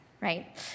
right